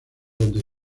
donde